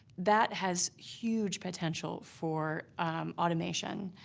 that has huge potential for automation.